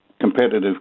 competitive